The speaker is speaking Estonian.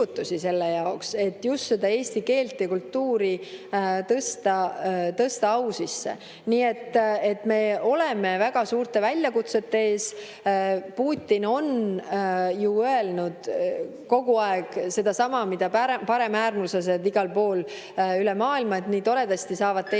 selle jaoks, et just eesti keelt ja kultuuri tõsta au sisse.Me oleme väga suurte väljakutsete ees. Putin on ju öelnud kogu aeg sedasama, mida paremäärmuslased igal pool üle maailma. Nii toredasti saavad teie